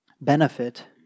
benefit